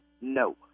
No